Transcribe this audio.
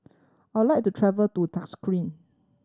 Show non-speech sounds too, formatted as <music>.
I would like to travel to <unintelligible>